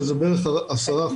שזה בערך 10%,